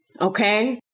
Okay